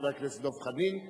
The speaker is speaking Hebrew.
חבר הכנסת דב חנין,